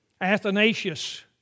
Athanasius